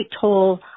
toll